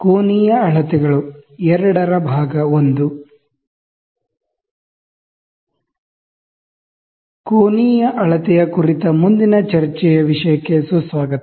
ಕೋನೀಯ ಅಳತೆಯ ಕುರಿತ ಮುಂದಿನ ಚರ್ಚೆಯ ವಿಷಯಕ್ಕೆ ಸುಸ್ವಾಗತ